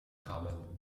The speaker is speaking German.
kamen